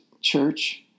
Church